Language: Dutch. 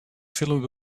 film